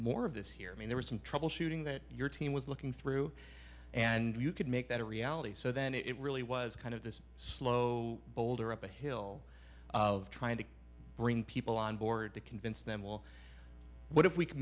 more of this here i mean there was some troubleshooting that your team was looking through and you could make that a reality so that it really was kind of this slow boulder up a hill of trying to bring people on board to convince them all what if we c